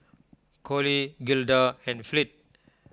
Cole Gilda and Fleet